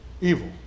evil